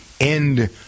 end